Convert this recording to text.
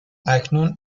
اکنون